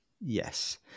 Yes